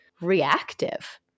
reactive